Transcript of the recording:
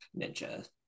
ninja